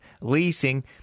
leasing